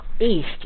East